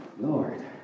Lord